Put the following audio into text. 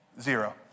Zero